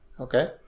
okay